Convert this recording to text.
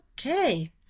okay